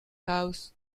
house